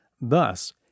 Thus